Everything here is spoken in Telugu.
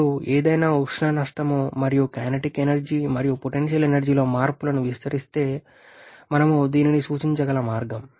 ఇప్పుడు ఏదైనా ఉష్ణ నష్టం మరియు కైనెటిక్ ఎనర్జీ మరియు పొటెన్షియల్ ఎనర్జీ లో మార్పులను విస్మరిస్తే మనం దీనిని సూచించగల మార్గం